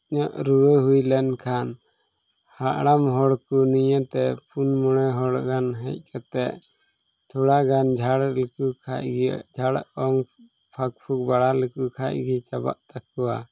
ᱤᱧᱟᱹᱜ ᱨᱩᱣᱟᱹ ᱦᱮᱡ ᱞᱮᱱᱠᱷᱟᱱ ᱦᱟᱲᱟᱢ ᱦᱚᱲ ᱠᱚ ᱱᱤᱭᱟᱹᱛᱮ ᱯᱩᱱ ᱢᱚᱬᱮ ᱦᱚᱲ ᱜᱟᱱ ᱦᱮᱡ ᱠᱟᱛᱮᱫ ᱛᱷᱚᱲᱟᱜᱟᱱ ᱡᱷᱟᱲ ᱞᱮᱠᱚ ᱠᱷᱟᱱ ᱜᱮ ᱡᱷᱟᱲ ᱯᱷᱟᱸᱠ ᱯᱷᱩᱸᱠ ᱵᱟᱲᱟ ᱞᱮᱠᱚ ᱠᱷᱟᱱ ᱜᱮ ᱪᱟᱵᱟᱜ ᱛᱟᱠᱚᱣᱟ